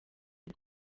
iri